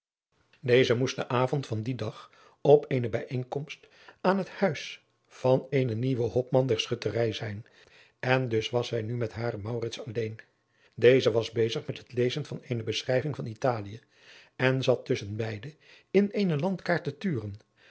deze moest den avond van dien dag op eene bijeenkomst aan het huis van eenen nieuwen hopman der schutterij zijn en dus was zij nu met haren maurits alleen deze was bezig met het lezen van eene beschrijving van italië en zat tusschen beide in eene landkaart te turen